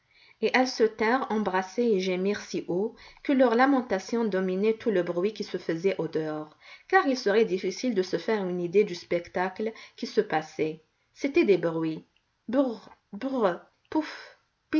et elles se tinrent embrassées et gémirent si haut que leurs lamentations dominaient tout le bruit qui se faisait au dehors car il serait difficile de se faire une idée du spectacle qui se passait c'étaient des bruits